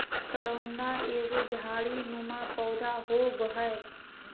करोंदा एगो झाड़ी नुमा पौधा होव हय